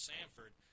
Sanford